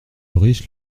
riche